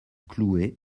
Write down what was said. cloué